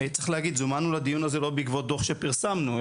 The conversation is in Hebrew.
זומנו לדיון הזה לא בעקבות דוח שפרסמנו,